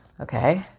okay